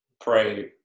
pray